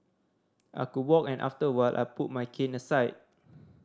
I could walk and after a while I put my cane aside